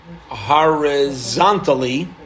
horizontally